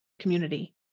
community